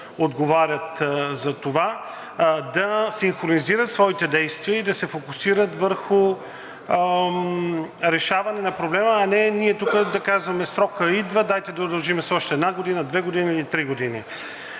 отговарят за това да синхронизират своите действия и да се фокусират върху решаване на проблема, а не ние тук да казваме: „Срокът идва, дайте да удължим с още една година, две години или три години.“